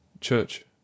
church